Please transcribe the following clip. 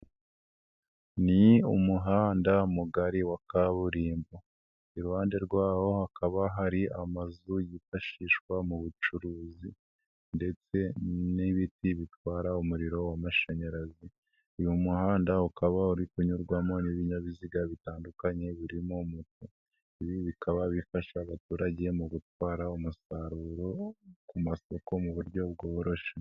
Ni umuhanda mugari wa kaburimbo, iruhande rwaho hakaba hari amazu yifashishwa mu bucuruzi ndetse n'ibiti bitwara umuriro w'amashanyarazi, uyu muhanda ukaba uri kunyurwamo n'ibinyabiziga bitandukanye birimo moto, ibi bikaba bifasha abaturage mu gutwara umusaruro ku masoko mu buryo bworoshye.